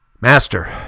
master